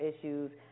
issues